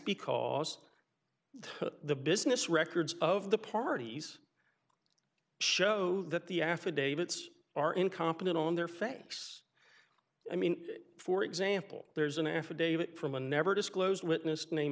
because the business records of the parties show that the affidavits are incompetent on their facts i mean for example there's an affidavit from a never disclosed witness name